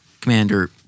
Commander